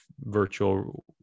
virtual